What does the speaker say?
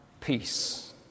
peace